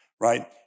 right